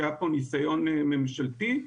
שהיה פה ניסיון ממשלתי,